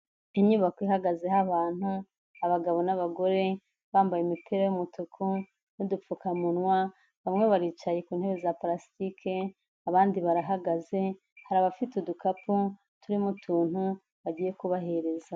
Inyubako ihagazeho abantu, abagabo n'abagore, bambaye imipira y'umutuku n'udupfukamunwa, bamwe baricaye ku ntebe za parasitike, abandi barahagaze, hari abafite udukapu, turimo utuntu bagiye kubahereza.